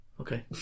Okay